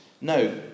No